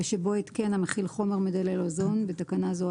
ושבו התקן המכיל חומר מדלל אוזון (בתקנה זו,